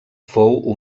fou